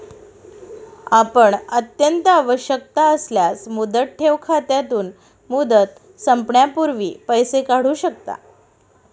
आपण अत्यंत आवश्यकता असल्यास मुदत ठेव खात्यातून, मुदत संपण्यापूर्वी पैसे काढू शकता